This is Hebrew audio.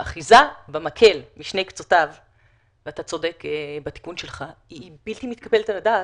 האחיזה במקל בשני קצותיו היא בלתי מתקבלת על הדעת,